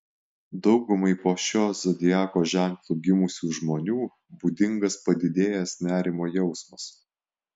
daugumai po šiuo zodiako ženklu gimusių žmonių būdingas padidėjęs nerimo jausmas